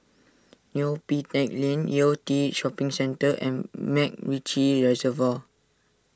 Neo Pee Teck Lane Yew Tee Shopping Centre and MacRitchie Reservoir